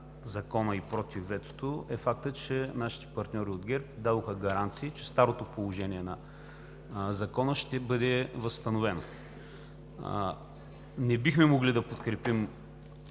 и „против“ ветото е фактът, че нашите партньори от ГЕРБ дадоха гаранции, че старото положение на Закона ще бъде възстановено. Не бихме могли да подкрепим